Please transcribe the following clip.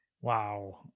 Wow